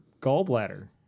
gallbladder